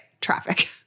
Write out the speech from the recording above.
traffic